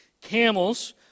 camels